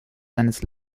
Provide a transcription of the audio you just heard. seines